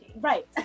right